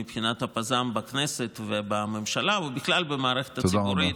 מבחינת הפז"ם בכנסת ובממשלה ובכלל במערכת הציבורית,